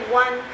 one